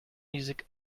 music